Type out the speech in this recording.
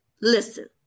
listen